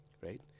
right